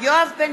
יואב בן